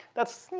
that's